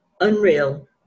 unreal